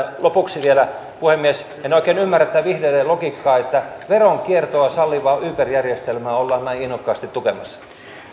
lopuksi vielä puhemies en oikein ymmärrä tätä vihreiden logiikkaa että veronkiertoa sallivaa uber järjestelmää ollaan näin innokkaasti tukemassa